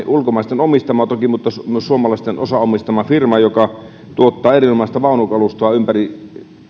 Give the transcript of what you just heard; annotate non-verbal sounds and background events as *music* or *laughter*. *unintelligible* ulkomaisten omistama toki mutta myös suomalaisten osaomistama joka tuottaa erinomaista vaunukalustoa ympäri